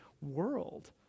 world